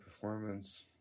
performance